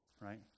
right